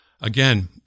again